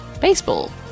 baseball